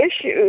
issues